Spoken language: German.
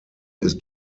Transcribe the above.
ist